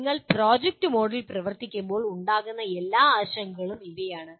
നിങ്ങൾ പ്രോജക്റ്റ് മോഡിൽ പ്രവർത്തിക്കുമ്പോൾ ഉണ്ടാകുന്ന എല്ലാ ആശങ്കകളും ഇവയാണ്